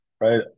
right